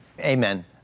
Amen